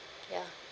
mm ya